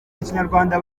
ikinyarwanda